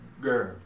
girl